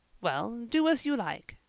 well, do as you like,